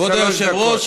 כבוד היושב-ראש,